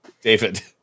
David